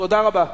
תודה רבה.